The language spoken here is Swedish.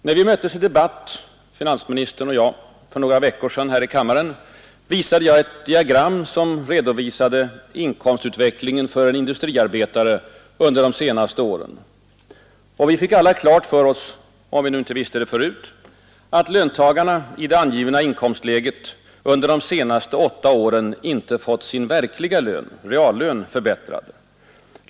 När vi möttes i debatt — finansministern och jag — för några veckor sedan här i kammaren, visade jag ett diagram som redovisade inkomstutvecklingen för en industriarbetare under de senaste åren. Vi fick alla klart för oss — om vi nu inte visste det förut — att löntagarna i det angivna inkomstläget under de senaste åtta åren inte fått sin verkliga lön, reallön, förbättrad.